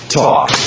talk